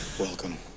Welcome